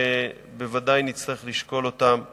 שבוודאי נצטרך לשקול גם